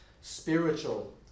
spiritual